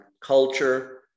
culture